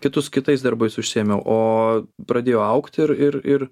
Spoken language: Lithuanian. kitus kitais darbais užsiėmiau o pradėjo augt ir ir ir